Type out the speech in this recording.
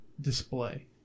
display